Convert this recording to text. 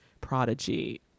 prodigy